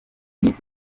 miss